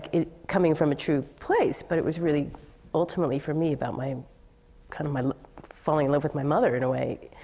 it coming from a true place. but it was really ultimately for me, about my kind of my falling in love with my mother, in a way.